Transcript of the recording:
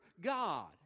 God